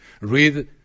read